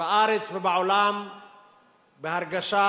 בארץ ובעולם בהרגשה